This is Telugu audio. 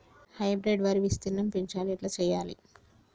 హైబ్రిడ్ వరి విస్తీర్ణం పెంచాలి ఎట్ల చెయ్యాలి?